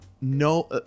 no